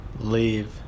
leave